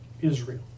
Israel